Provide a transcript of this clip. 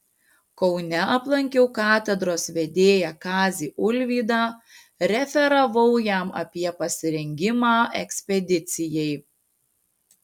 kaune aplankiau katedros vedėją kazį ulvydą referavau jam apie pasirengimą ekspedicijai